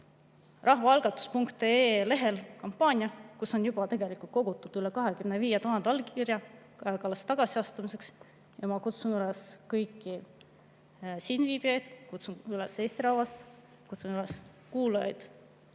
rahvaalgatus.ee lehel kampaania, kus on juba kogutud üle 25 000 allkirja Kaja Kallase tagasiastumiseks. Ma kutsun üles kõiki siinviibijaid, kutsun üles Eesti rahvast, kutsun üles kuulajaid: